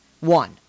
One